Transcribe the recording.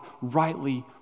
rightly